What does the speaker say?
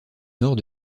nord